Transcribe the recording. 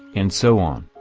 and so on.